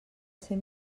ser